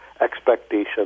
expectations